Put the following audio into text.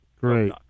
Great